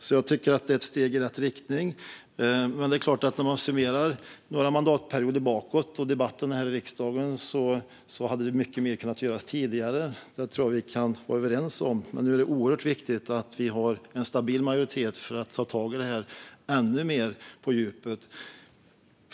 Jag tycker därför att detta är ett steg i rätt riktning. Men när man summerar några mandatperioder bakåt och debatten här i riksdagen hade mycket mer kunnat göras tidigare; det tror jag att vi kan vara överens om. Men nu är det oerhört viktigt att vi har en stabil majoritet för att ta tag i det här ännu mer på djupet.